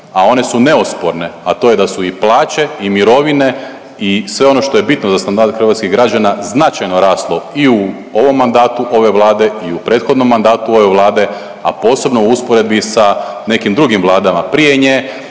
a one su neosporne, a to je da su i plaće i mirovine i sve ono što je bitno za standard hrvatskih građana značajno raslo i u ovom mandatu ove Vlade i u prethodnom mandatu ove Vlade, a posebno u usporedbi sa nekim drugim vladama prije nje.